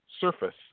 surface